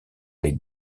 les